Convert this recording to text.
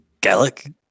Gallic